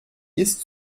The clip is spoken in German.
ist